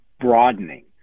broadening